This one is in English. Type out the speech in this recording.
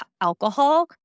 alcohol